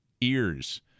ears